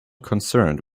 concerned